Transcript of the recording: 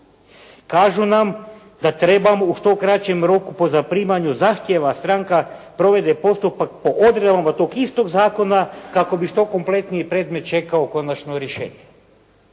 Kažu nam da trebamo u što kraćem roku po zaprimanju zahtjeva stranka provede postupak po odredbama tog istog zakona kako bi što kompletniji predmet čekao konačno rješenje.